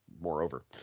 moreover